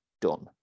done